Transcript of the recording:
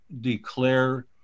declare